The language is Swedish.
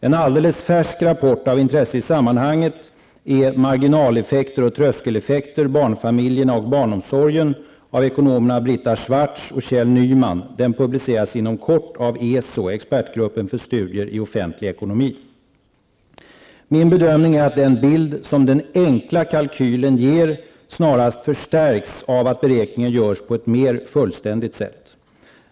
En alldeles färsk rapport av intresse i sammanhanget är ''Marginaleffekter och tröskeleffekter -- barnfamiljerna och barnomsorgen'' av ekonomerna Brita Schwartz och Min bedömning är att den bild som den enkla kalkylen ger snarast förstärks av att beräkningen görs på ett mer fullständigt sätt.